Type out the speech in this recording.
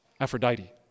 Aphrodite